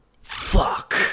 fuck